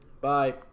Bye